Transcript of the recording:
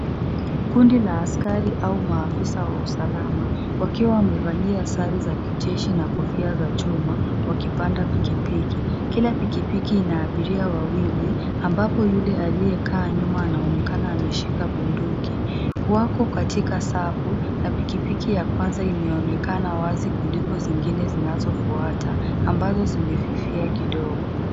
Kundi la askari au maafisa wa usalama wakiwa wamevalia sare za kijeshi na kofia za chuma wakipanda pikipiki. Kila pikipiki ina abiria wawili ambapo yule aliyekaa nyuma anaonekana ameshika bunduki. Wako katika safu na pikipiki ya kwanza imeonekana wazi kuliko zingine zinazofuata ambazo zimefifia kidogo.